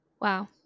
Wow